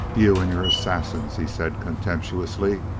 you and your assassins! he said contemptuously.